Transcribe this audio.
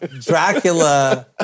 Dracula